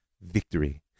victory